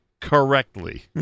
correctly